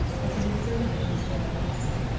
had been exerted in this matter also,